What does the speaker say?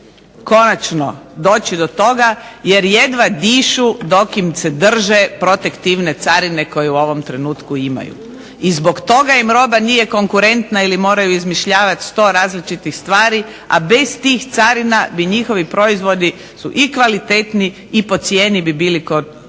konačno doći do toga jer jedva dišu dok im se drže protektivne carine koje u ovom trenutku imaju. I zbog toga im roba nije konkurentna ili moraju izmišljavati sto različitih stvari, a bez tih carina bi njihovi proizvodi su i kvalitetni i po cijeni bi bili konkurentni.